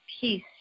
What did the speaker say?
peace